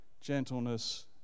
gentleness